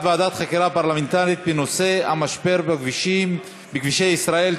ועדת חקירה פרלמנטרית בנושא המשבר בכבישי ישראל,